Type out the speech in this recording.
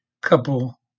couple